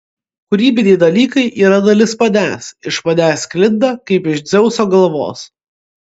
kūrybiniai dalykai yra dalis manęs iš manęs sklinda kaip iš dzeuso galvos